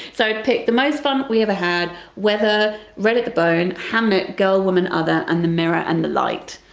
so i picked the most fun we ever had, weather, red at the bone, hamnet, girl woman other and the mirror and the light.